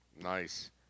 Nice